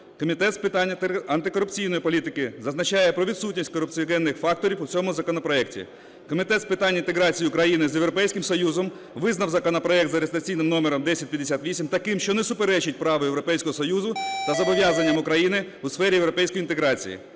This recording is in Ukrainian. Комітет з питань антикорупційної політики зазначає про відсутність корупціогенних факторів у цьому законопроекті. Комітет з питань інтеграції України з Європейським Союзом визнав законопроект за реєстраційним номером 1058 таким, що не суперечить права Європейського Союзу та зобов'язанням України у сфері європейської інтеграції.